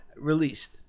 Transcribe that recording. released